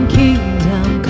kingdom